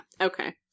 Okay